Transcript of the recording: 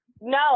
No